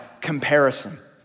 comparison